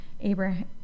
Abraham